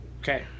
Okay